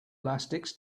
elastics